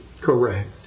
correct